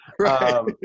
right